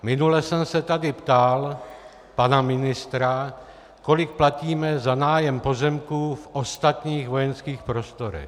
Minule jsem se tady ptal pana ministra, kolik platíme za nájem pozemků v ostatních vojenských prostorech.